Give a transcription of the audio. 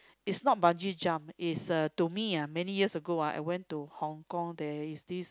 is not bungee jump is a to me many years ago I went to Hong Kong there is this